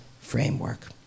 framework